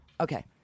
Okay